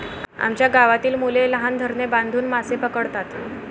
आमच्या गावातील मुले लहान धरणे बांधून मासे पकडतात